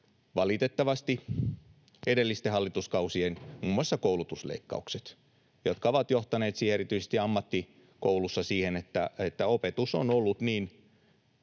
valitettavasti edellisten hallituskausien muun muassa koulutusleikkaukset, jotka ovat johtaneet erityisesti ammattikouluissa siihen, että opetus on ollut niin